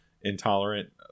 intolerant